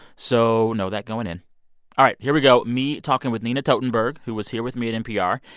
so know that going in all right, here we go me talking with nina totenberg, who was here with me at npr,